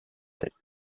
tête